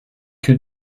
que